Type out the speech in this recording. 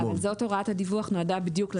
--- אבל הוראת הדיווח נועדה בדיוק לתת מענה לזה.